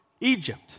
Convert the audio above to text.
Egypt